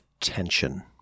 tension